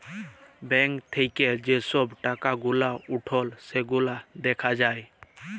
bank থাক্যে যে সব টাকা গুলা উঠল সেগুলা দ্যাখা যায়